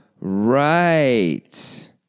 Right